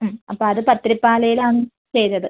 മ് അപ്പം അത് പത്തിരിപ്പാലയിലാണ് ചെയ്തത്